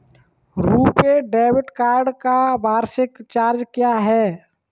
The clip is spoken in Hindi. रुपे डेबिट कार्ड का वार्षिक चार्ज क्या है?